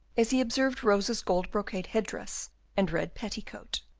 as he observed rosa's gold brocade headdress and red petticoat.